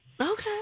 okay